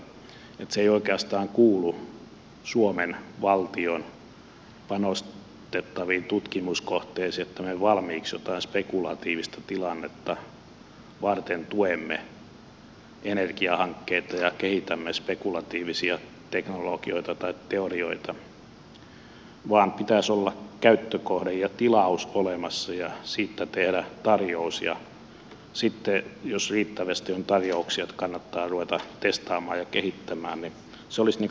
se ei oikeastaan kuulu suomen valtion panostettaviin tutkimuskohteisiin että me valmiiksi jotain spekulatiivista tilannetta varten tuemme energiahankkeita ja kehitämme spekulatiivisia teknologioita tai teorioita vaan pitäisi olla käyttökohde ja tilaus olemassa ja siitä tehdä tarjous ja sitten jos riittävästi on tarjouksia että kannattaa ruveta testaamaan ja kehittämään niin se olisi niin kuin tervettä kaupankäyntiä